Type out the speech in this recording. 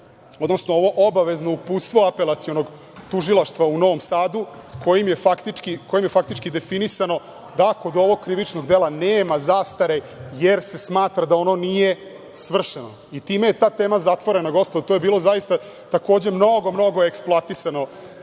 važno ovo obavezno uputstvo Apelacionog tužilaštva u Novom Sadu, kojim je faktički definisano da kod ovog krivičnog dela nema zastare, jer se smatra da ono nije svršeno i time je ta tema zatvorena, gospodo. To je bilo zaista, takođe, mnogo, mnogo eksploatisano,